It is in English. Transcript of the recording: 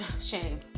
shame